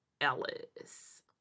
Ellis